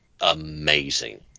amazing